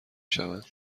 شوند